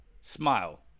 Smile